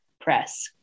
Press